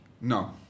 No